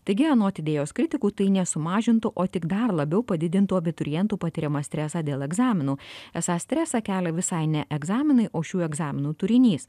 taigi anot idėjos kritikų tai nesumažintų o tik dar labiau padidintų abiturientų patiriamą stresą dėl egzaminų esą stresą kelia visai ne egzaminai o šių egzaminų turinys